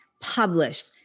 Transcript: published